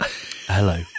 hello